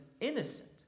innocent